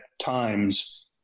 times